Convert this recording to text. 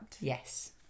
Yes